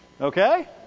Okay